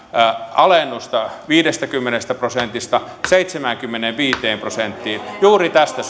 alennusta viidestäkymmenestä prosentista seitsemäänkymmeneenviiteen prosenttiin juuri tästä